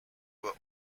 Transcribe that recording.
were